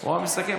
הוא מסכם.